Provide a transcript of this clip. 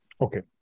Okay